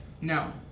no